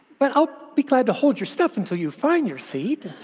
but i'll be glad to hold your stuff until you find your seat.